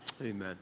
Amen